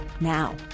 now